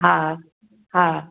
हा हा